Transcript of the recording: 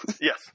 Yes